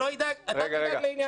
שלא ידאג אתה תדאג לענייניך.